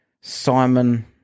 simon